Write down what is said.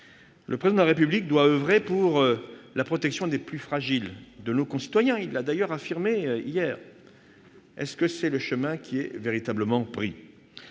Le Président de la République doit oeuvrer pour la protection des plus fragiles de nos concitoyens. Il l'a d'ailleurs affirmé hier. Mais est-ce véritablement le chemin qui est pris ?